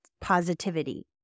positivity